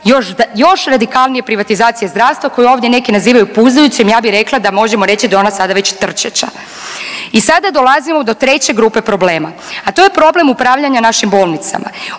još radikalnije privatizacije zdravstva koju ovdje neki nazivaju puzajućim, ja bih rekla da možemo reći da je ona sada već trčeća. I sada dolazimo do treće grupe problema, a to je problem upravljanja našim bolnicama